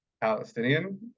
Palestinian